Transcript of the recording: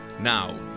now